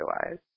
otherwise